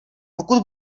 pokud